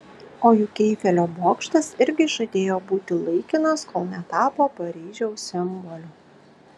o juk eifelio bokštas irgi žadėjo būti laikinas kol netapo paryžiaus simboliu